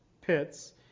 pits